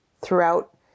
throughout